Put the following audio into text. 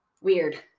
weird